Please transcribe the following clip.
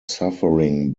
suffering